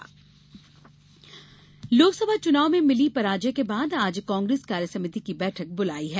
कांग्रेस बैठक लोकसभा चुनाव में मिली पराजय के बाद आज कांग्रेस कार्यसमिति की बैठक बुलाई है